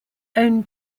own